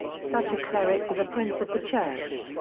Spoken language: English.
such a cleric was a prince of the church.